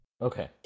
Okay